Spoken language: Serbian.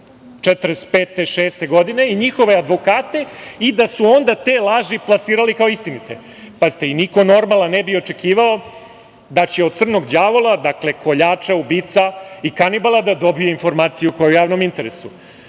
1945, 1946. godine i njihove advokate i da su onda te laži plasirali kao istinite? Niko normalan ne bi očekivao da će od crnog đavola, dakle, koljača, ubica i kanibala, da dobije informaciju koja je u javnom interesu.